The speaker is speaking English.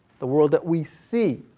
the world that we see.